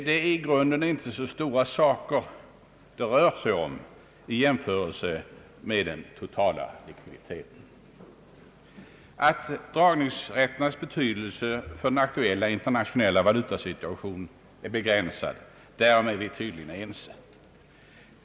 Det är i grunden inte så stora saker det rör sig om i jämförelse med den totala likviditeten. Att dragningsrätternas betydelse för den aktuella internationella valutasituationen är begränsad är vi tydligen ense om.